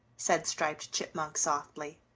said striped chipmunk softly.